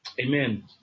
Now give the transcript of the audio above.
Amen